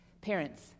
Parents